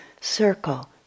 circle